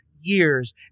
years